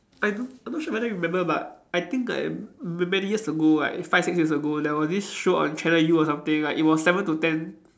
I do I'm not sure whether you remember but I think like m~ many years ago like five six years ago there was this show on channel U or something like it was seven to ten